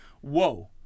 Whoa